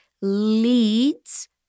leads